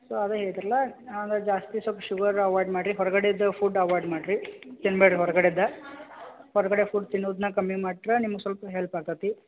so ಅದೇ ಹೇಳಿದ್ರಲ್ಲ ಹಂಗಾಗಿ ಜಾಸ್ತಿ ಸೊಲ್ಪ ಶುಗರ್ ಅವೈಡ್ ಮಾಡಿ ಹೊರಗಡೆದು ಫುಡ್ ಅವೈಡ್ ಮಾಡಿ ರೀ ತಿನ್ಬೇಡ್ರಿ ಹೊರಗಡೆದು ಹೊರಗಡೆ ಫುಡ್ ತಿನ್ನೋದ್ನ ಕಮ್ಮಿ ಮಾಡಿದರೆ ನಿಮ್ಗೆ ಸ್ವಲ್ಪ ಹೆಲ್ಪ್ ಆಗ್ತೈತಿ